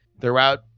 throughout